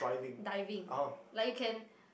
diving like you can